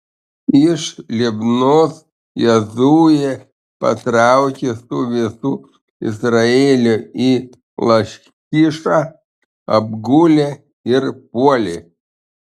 iš libnos jozuė patraukė su visu izraeliu į lachišą apgulė ir puolė